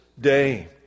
day